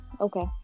okay